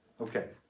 Okay